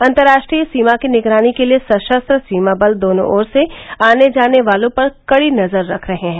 अंतरराष्ट्रीय सीमा की निगरानी के लिए सशस्त्र सीमा बल दोनों ओर से आने जाने वालों पर कड़ी नजर रख रहे हैं